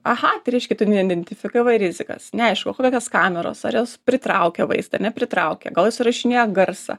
aha tai reiškia tu neidentifikavai rizikas neaišku kokios kameros ar jos pritraukia vaizdą nepritraukia gal jos įrašinėja garsą